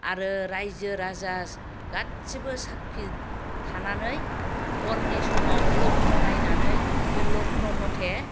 आरो रायजो राजा गासैबो साखि थानानै हरनि समाव लग्न' नायनानै बे लग्न' मथे